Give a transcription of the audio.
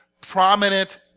prominent